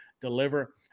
deliver